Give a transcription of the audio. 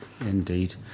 Indeed